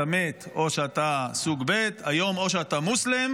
מת או שאתה סוג ב'; היום או שאתה מוסלם